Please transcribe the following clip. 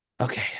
Okay